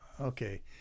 okay